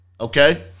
Okay